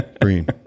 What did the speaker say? Green